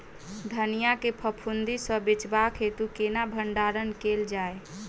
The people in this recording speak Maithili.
धनिया केँ फफूंदी सऽ बचेबाक हेतु केना भण्डारण कैल जाए?